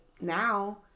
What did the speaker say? now